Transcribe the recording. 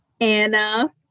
Anna